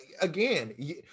again